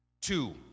Two